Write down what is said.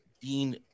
Dean